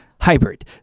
hybrid